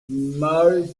more